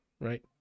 right